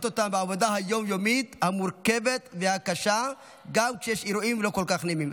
אותם בעבודה היום-יומית המורכבת והקשה גם כשיש אירועים לא כל כך נעימים.